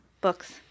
books